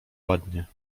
ładnie